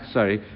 Sorry